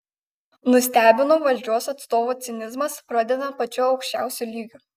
nustebino valdžios atstovų cinizmas pradedant pačiu aukščiausiu lygiu